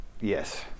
Yes